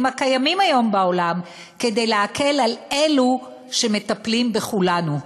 הקיימים היום בעולם כדי להקל על אלו שמטפלים בכולנו.